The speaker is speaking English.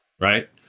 right